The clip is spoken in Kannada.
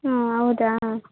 ಹಾಂ ಹೌದಾ